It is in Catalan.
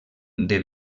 del